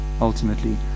ultimately